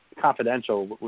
confidential